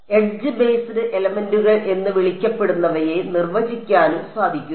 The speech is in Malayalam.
എഡ്ജ് ബേസ്ഡ് എലമെന്റുകൾ എന്ന് വിളിക്കപ്പെടുന്നവയെ നിർവ്വചിക്കാനും സാധിക്കും